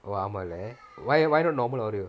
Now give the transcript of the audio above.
oh ஆமால்ல:amalla why why don't normal oreo